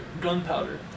gunpowder